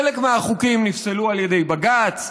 חלק מהחוקים נפסלו על ידי בג"ץ,